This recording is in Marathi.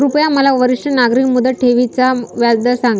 कृपया मला वरिष्ठ नागरिक मुदत ठेवी चा व्याजदर सांगा